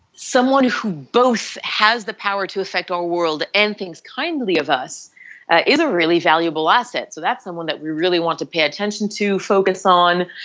someone who both has the power to affect our world, anything's kindly of us is a really valuable asset. so that's someone that we really want to pay attention to, focus on,